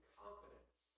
confidence